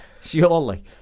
surely